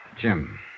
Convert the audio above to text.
Jim